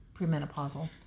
premenopausal